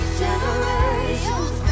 generations